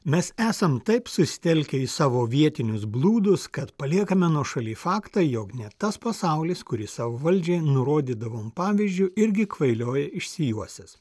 mes esam taip susitelkę į savo vietinius blūdus kad paliekame nuošaly faktą jog net tas pasaulis kurį savo valdžiai nurodydavom pavyzdžiu irgi kvailioja išsijuosęs